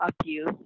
abuse